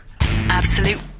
Absolute